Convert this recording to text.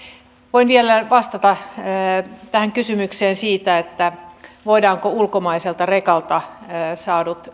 voin vielä vastata kysymykseen siitä voidaanko ulkomaiselta rekalta saadut